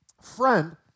friend